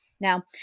Now